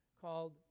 called